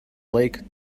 lake